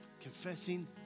Confessing